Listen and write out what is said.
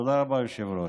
תודה רבה, היושב-ראש.